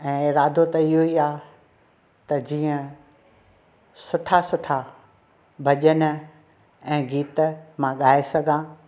ऐं इरादो त इहो ई आहे त जीअं सुठा सुठा भॼन ऐं गीत मां ॻाए सघां